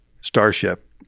starship